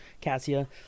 Cassia